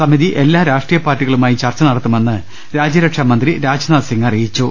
സമിതി എല്ലാ രാഷ്ട്രീയ പാർട്ടികളുമായും ചർച്ച നടത്തുമെന്ന് രാജ്യരക്ഷാമന്ത്രി രാജ്നാഥ്സിങ് അറിയിച്ചു